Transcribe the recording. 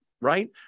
Right